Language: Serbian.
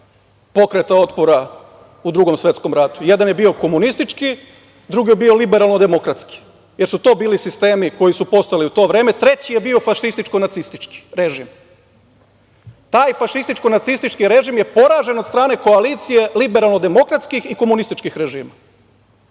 pokreta otpora u Drugom svetskom ratu. Jedan je bio komunistički, drugi je bio liberalno-demokratski, jer su to bili sistemi koji su postojali u to vreme. Treći je bio fašističko-nacistički režim. Taj fašističko-nacistički režim je poražen od strane koalicije liberalno-demokratskih i komunističkih režima.